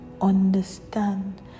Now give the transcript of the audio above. understand